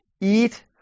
Eat